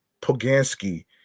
Poganski